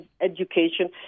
education